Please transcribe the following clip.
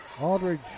Aldridge